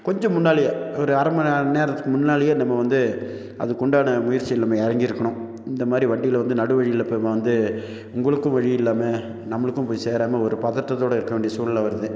கொஞ்சம் முன்னாடியே ஒரு அரை மணி நேரத்துக்கு முன்னாடியே நம்ம வந்து அதுக்கு உண்டான முயற்சியில் நம்ம இறங்கி இருக்கணும் இந்த மாதிரி வண்டியில் வந்து நடு வழியில் இப்போ வந்து உங்களுக்கும் வழி இல்லாமல் நம்மளுக்கும் போய் சேராமல் ஒரு பதட்டத்தோடு இருக்க வேண்டிய சூழ்நிலை வருது